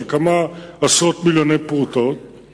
של כמה עשרות מיליוני פרוטות,